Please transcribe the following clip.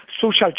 social